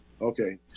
Okay